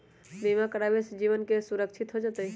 बीमा करावे से जीवन के सुरक्षित हो जतई?